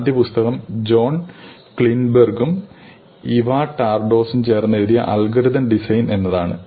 ആദ്യ പുസ്തകം ജോൺ ക്ലീൻബെർഗും ഇവാ ടാർഡോസും ചേർന്നെഴുതിയ "അൽഗോരിതം ഡിസൈൻ" എന്നതാണ്